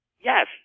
Yes